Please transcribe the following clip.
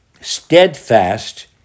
Steadfast